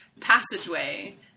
passageway